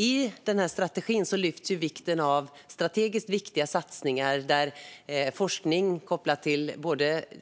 I denna strategi lyfter man upp vikten av strategiskt betydelsefulla satsningar där det är viktigt att forskning med koppling till